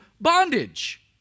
bondage